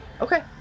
Okay